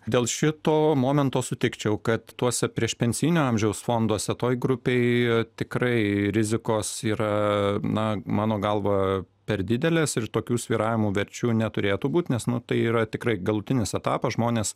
dėl šito momento sutikčiau kad tuose priešpensijinio amžiaus fonduose toj grupėj tikrai rizikos yra na mano galva per didelės ir tokių svyravimų verčių neturėtų būt nes nu tai yra tikrai galutinis etapas žmonės